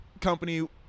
company